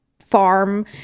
farm